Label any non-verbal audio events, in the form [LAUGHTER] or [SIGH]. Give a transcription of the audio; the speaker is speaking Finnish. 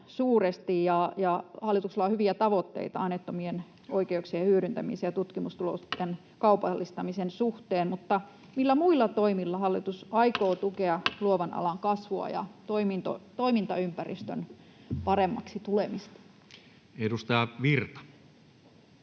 suuresti, ja hallituksella on hyviä tavoitteita aineettomien oikeuksien hyödyntämisen ja tutkimustulosten kaupallistamisen suhteen. [NOISE] Mutta millä muilla toimilla hallitus aikoo tukea [NOISE] luovan alan kasvua ja toimintaympäristön paremmaksi tulemista? Edustaja Virta.